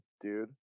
dude